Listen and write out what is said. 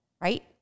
right